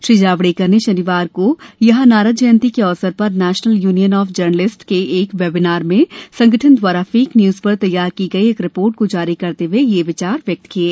श्री जावड़ेकर ने शनिवार को यहां नारद जयंती के अवसर पर national union of journalists India के एक वेबिनार में संगठन द्वारा फेक न्यूज पर तैयार की गई एक रिपोर्ट को जारी करते हुए ये विचार व्यक्त किये